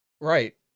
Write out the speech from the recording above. Right